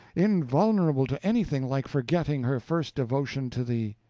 invulnerable to anything like forgetting her first devotion to thee.